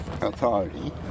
authority